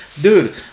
Dude